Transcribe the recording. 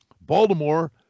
Baltimore